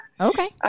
Okay